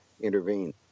intervene